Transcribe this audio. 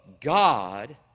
God